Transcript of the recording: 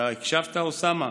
אתה הקשבת, אוסאמה?